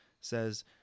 says